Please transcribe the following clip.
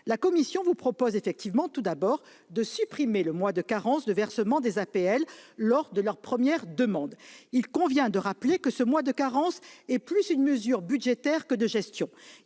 La commission vous propose, tout d'abord, de supprimer le mois de carence de versement des APL lors de leur première demande. Il convient de rappeler que ce mois de carence est plus une mesure budgétaire qu'une mesure